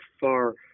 far